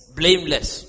blameless